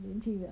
引起的